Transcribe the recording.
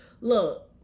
look